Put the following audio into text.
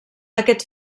aquest